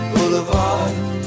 Boulevard